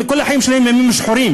כל החיים שלהם ימים שחורים,